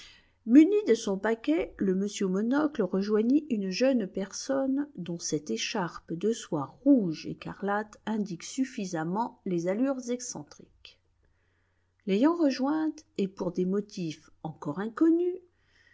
muni de son paquet le monsieur au monocle rejoignit une jeune personne dont cette écharpe de soie rouge écarlate indique suffisamment les allures excentriques l'ayant rejointe et pour des motifs encore inconnus